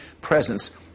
presence